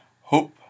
hope